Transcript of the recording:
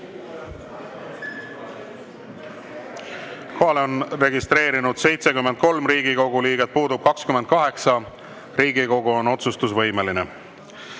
on registreerunud 73 Riigikogu liiget, puudub 28. Riigikogu on otsustusvõimeline.